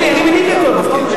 אלי, אני מיניתי אותו לתפקיד.